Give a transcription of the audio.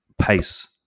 pace